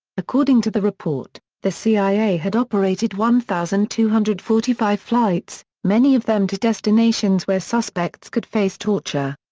according to the report, the cia had operated one thousand two hundred and forty five flights many of them to destinations where suspects could face torture.